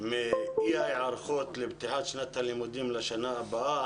מאי ההיערכות לפתיחת שנת הלימודים בשנה הבאה.